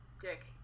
dick